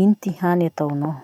Ino ty hany hataonao?